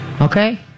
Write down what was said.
Okay